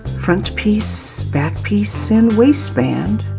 front piece back piece and waistband,